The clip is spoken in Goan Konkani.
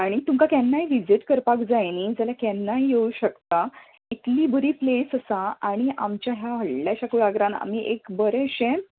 आनी तुमकां केन्नाय विजीट करपाक जाय नी जाल्यार केन्नाय येव शकता इतली बरी प्लेस आसा आनी आमचे हे व्होडल्याश्या कुळागरान आमी एक बरेंशें